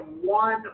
one